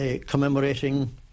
commemorating